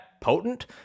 potent